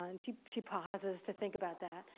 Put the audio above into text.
um and she she pauses to think about that.